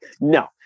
No